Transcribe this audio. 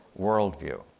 worldview